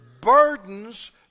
burdens